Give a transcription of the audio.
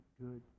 good